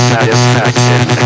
Satisfaction